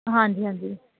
ਹਾਂਜੀ ਹਾਂਜੀ